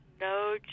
no